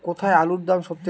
কোথায় আলুর দাম সবথেকে বেশি?